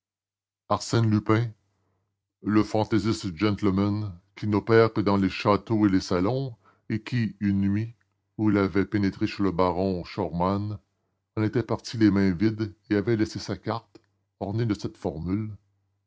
arsène lupin le fantaisiste gentleman qui n'opère que dans les châteaux et les salons et qui une nuit où il avait pénétré chez le baron schormann en était parti les mains vides et avait laissé sa carte ornée de cette formule